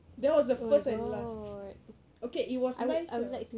that was the first and last okay it was nice ah